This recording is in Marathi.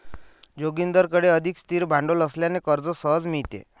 जोगिंदरकडे अधिक स्थिर भांडवल असल्याने कर्ज सहज मिळते